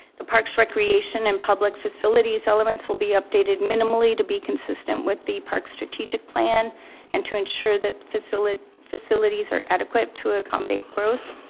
the parks recreation and public facilities elements will be updated minimally to be consistent with the park strategic strategic plan and to ensure that facilities facilities are adequate to accommodate growth.